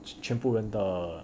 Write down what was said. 全部人的